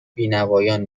بینوایان